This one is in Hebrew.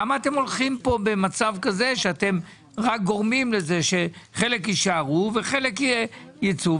למה אתם הולכים פה במצב כזה שאתם רק גורמים לזה שחלק יישארו וחלק ייצאו.